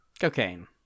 Cocaine